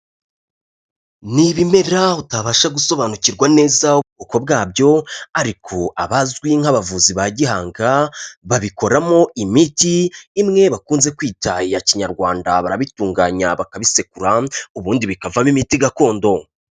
Ni ibimera utabasha gusobanukirwa neza ubwoko bwabyo ariko abazwi nk'abavuzi ba gihanga babikoramo imiti imwe bakunze kwitayeya kinyarwanda barabitunganya bakabisekura ubundi bikavamo imiti gakondo.